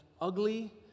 ugly